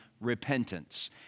repentance